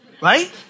Right